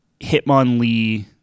Hitmonlee